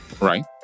Right